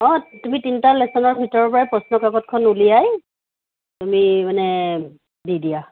অ তুমি তিনিটা লেশ্যনৰ ভিতৰৰ পৰাই প্ৰশ্নকাকতখন ওলিয়াই তুমি মানে দি দিয়া